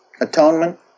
atonement